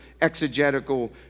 Exegetical